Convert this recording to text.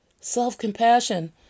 Self-compassion